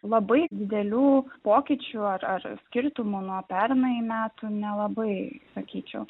labai didelių pokyčių ar ar skirtumų nuo pernai metų nelabai sakyčiau